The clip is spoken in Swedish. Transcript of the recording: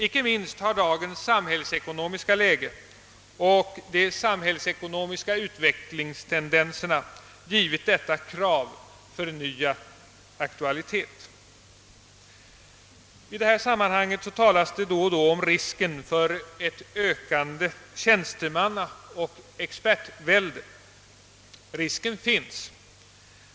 Icke minst har dagens samhällsekonomiska läge och de samhällsekonomiska utvecklingstendenserna givit detta krav förnyad aktualitet. I detta sammanhang talas det då och då om risken för ett ökande tjänstemannaoch expertvälde. Risken finns.